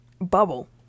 Bubble